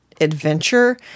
adventure